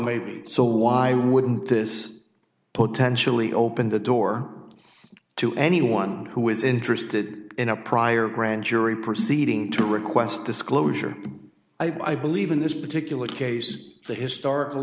maybe so why wouldn't this potentially open the door to anyone who is interested in a prior grand jury proceeding to request disclosure i believe in this particular case the historical